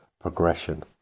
progression